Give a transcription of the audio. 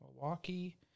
Milwaukee